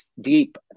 deep